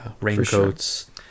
raincoats